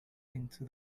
into